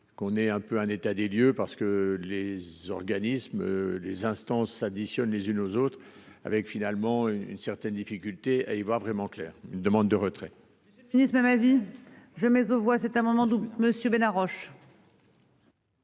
qu'on est un peu un état des lieux, parce que les organismes, les instances s'additionnent les unes aux autres, avec finalement une certaine difficulté à y voir vraiment clair. Une demande de retrait.